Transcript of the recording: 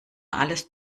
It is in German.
alles